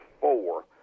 Four